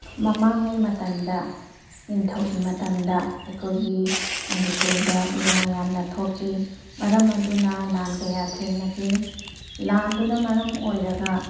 ꯃꯃꯥꯡꯉꯩ ꯃꯇꯝꯗ ꯅꯤꯡꯊꯧꯒꯤ ꯃꯇꯝꯗ ꯑꯩꯈꯣꯏꯒꯤ ꯃꯅꯤꯄꯨꯔꯗ ꯏꯔꯥꯡ ꯌꯥꯝꯅ ꯊꯣꯛꯈꯤ ꯃꯔꯝ ꯑꯗꯨꯅ ꯂꯥꯟ ꯀꯌꯥ ꯊꯦꯡꯅꯈꯤ ꯂꯥꯟꯗꯨꯅ ꯃꯔꯝ ꯑꯣꯏꯔꯒ